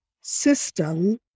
system